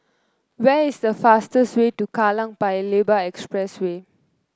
where is the fastest way to Kallang Paya Lebar Expressway